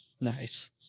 Nice